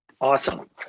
Awesome